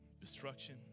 destruction